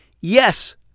yes